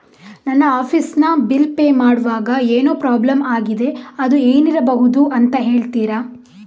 ನನ್ನ ಆಫೀಸ್ ನ bill pay ಮಾಡ್ವಾಗ ಏನೋ ಪ್ರಾಬ್ಲಮ್ ಆಗಿದೆ ಅದು ಏನಿರಬಹುದು ಅಂತ ಹೇಳ್ತೀರಾ?